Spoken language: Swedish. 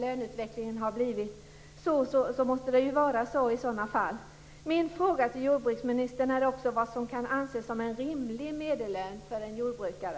Det måste ju tolkas så, eftersom löneutvecklingen har varit sjunkande.